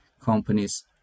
companies